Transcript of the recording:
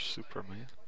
Superman